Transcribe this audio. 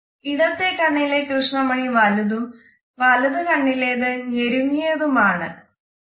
ഇടത്തേ കണ്ണിലെ കൃ്ണമണി വലുതും വലത്ത് കണ്ണിലേത് ഞെരുങ്ങിയതും ആണ്